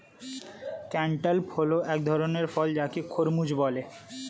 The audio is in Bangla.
ক্যান্টালপ হল এক ধরণের ফল যাকে খরমুজ বলে